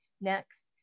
next